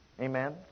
Amen